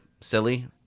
silly